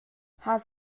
has